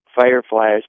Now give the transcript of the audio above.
fireflies